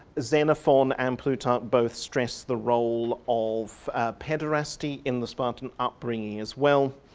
xenophon and plutarch both stress the role of pederasty in the spartan upbringing as well.